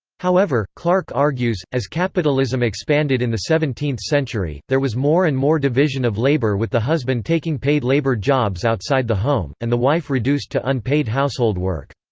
however, clark argues, as capitalism expanded in the seventeenth century, there was more and more division of labor labor with the husband taking paid labor jobs outside the home, and the wife reduced to unpaid household work.